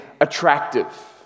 attractive